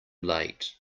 late